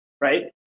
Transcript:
right